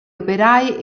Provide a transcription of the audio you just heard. operai